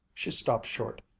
she stopped short,